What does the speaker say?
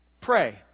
pray